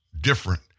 different